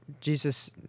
Jesus